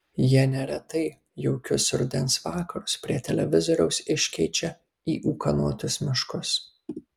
jie neretai jaukius rudens vakarus prie televizoriaus iškeičia į ūkanotus miškus